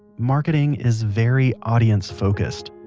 marketing is very audience-focused.